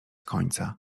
końca